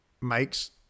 makes